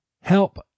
help